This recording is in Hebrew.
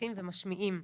מוסיפים ומשמיעים.